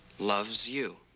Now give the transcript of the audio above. loves you.